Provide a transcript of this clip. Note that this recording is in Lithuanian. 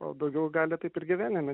o daugiau gali taip ir gyvenime